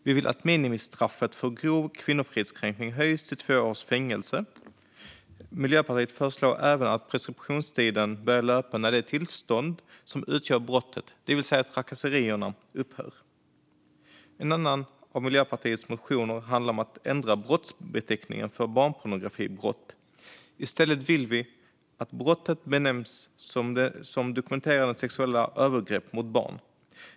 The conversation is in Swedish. Vi vill att minimistraffet för grov kvinnofridskränkning höjs till två års fängelse. Miljöpartiet föreslår även att preskriptionstiden börjar löpa när det tillstånd som utgör brottet, det vill säga trakasserierna, upphör. En annan av Miljöpartiets motioner handlar om att ändra brottsbeteckningen för barnpornografibrott. I stället vill vi att brottet benämns som dokumenterade sexuella övergrepp mot barn.